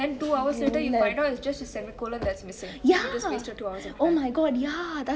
then two hours you find out it's just a semicolon that is missing and you just wasted two hours of your time